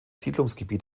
siedlungsgebiet